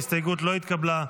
ההסתייגות לא התקבלה.